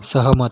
सहमत